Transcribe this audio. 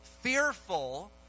fearful